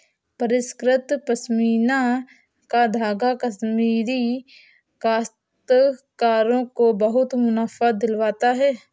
परिष्कृत पशमीना का धागा कश्मीरी काश्तकारों को बहुत मुनाफा दिलवाता है